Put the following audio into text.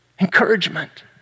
Encouragement